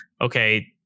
okay